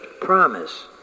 promise